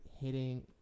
hitting